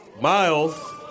Miles